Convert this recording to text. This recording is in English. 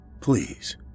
Please